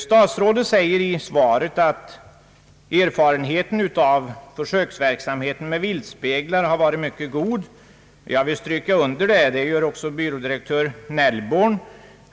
Statsrådet säger i svaret, att erfarenheten av försöksverksamheten med viltspeglar har varit mycket god. Jag vill stryka under det. Det gör också byrådirektör Nellborn.